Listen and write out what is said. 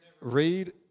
read